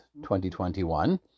2021